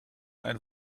ein